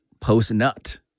post-nut